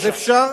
אז אפשר.